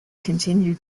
continued